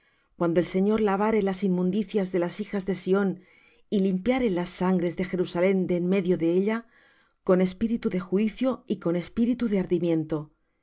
cuando el señor lavare las inmundicias de las hijas de sión y limpiare las sangres de jerusalem de en medio de ella con espíritu de juicio y con espíritu de